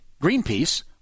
Greenpeace